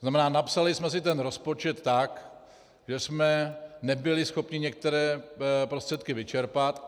To znamená, napsali jsme si ten rozpočet tak, že jsme nebyli schopni některé prostředky vyčerpat.